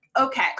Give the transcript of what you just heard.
Okay